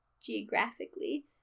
geographically